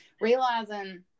realizing